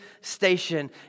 station